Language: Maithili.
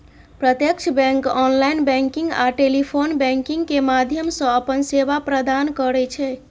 प्रत्यक्ष बैंक ऑनलाइन बैंकिंग आ टेलीफोन बैंकिंग के माध्यम सं अपन सेवा प्रदान करै छै